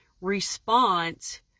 response